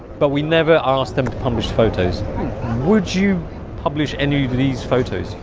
but we never asked them to published photos would you publish any of these photos?